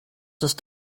ist